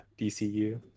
dcu